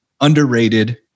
underrated